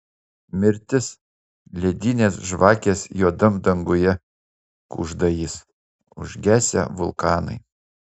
mirtis ledinės žvakės juodam danguje kužda jis užgesę vulkanai